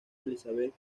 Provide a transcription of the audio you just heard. elizabeth